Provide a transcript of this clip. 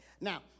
Now